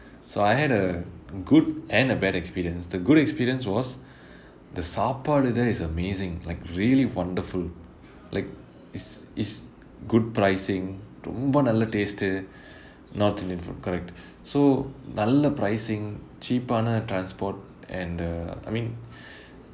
so I had a good and a bad experience the good experience was the சாபாடு:saapaadu there is amazing like really wonderful like is is good pricing ரொம்ப நல்ல:romba nalla taste north indian food correct so நல்ல:nalla pricing cheap ஆன:aana transport and err I mean